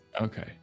Okay